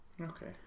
okay